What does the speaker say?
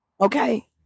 Okay